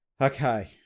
Okay